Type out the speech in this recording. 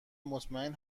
مطمئن